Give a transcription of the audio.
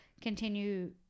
continue